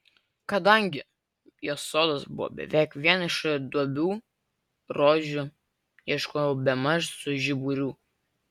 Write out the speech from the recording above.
kadangi jos sodas buvo beveik vien iš duobių rožių ieškojau bemaž su žiburiu